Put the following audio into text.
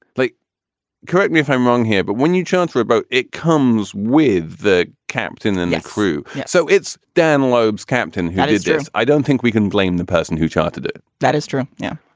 like correct me if i'm wrong here, but when you chancer about it comes with the captain and the crew. so it's dan loeb's captain who did this. i dont think we can blame the person who chartered it. that is true. yeah.